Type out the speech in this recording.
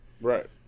Right